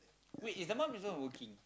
wait if the mum is not working